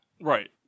Right